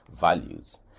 values